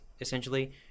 essentially